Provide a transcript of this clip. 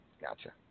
Gotcha